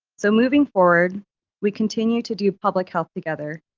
so moving forward we continue to do public health together.